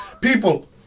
People